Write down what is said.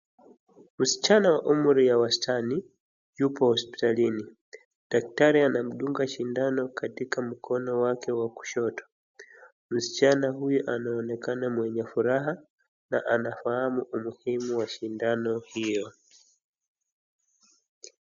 Msichana umri ya wastani, yupo hospitalini. Daktari anamdunga sindano katika mkono wake wa kushoto. Msichana huyu anaonekana mwenye furaha na anafahamu umuhimu wa sindano hio.